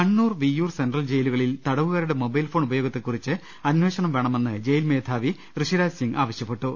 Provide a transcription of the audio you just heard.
Kannur Viyyur central ജയിലുകളിൽ തടവുകാരുടെ mobile phone ഉപയോഗത്തെകുറിച്ച് അന്വേഷണം വേണ മെന്ന് ജയിൽ മേധാവി ഋഷിരാജ് സിങ് ആവശ്യപ്പെട്ടു